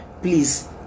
please